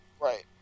right